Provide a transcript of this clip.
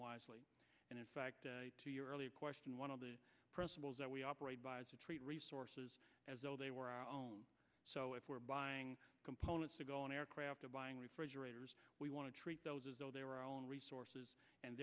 wisely and in fact to your earlier question one of the principles that we operate by is to treat resources as though they were our own so if we're buying components to go on aircraft or buying refrigerators we want to treat those as though their own resources and